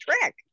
trick